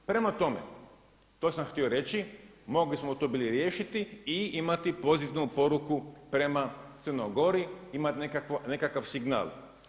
Prema tome, to sam htio reći, mogli smo to bili riješiti i imati pozitivnu poruku prema Crnoj Gori, imati nekakav signal.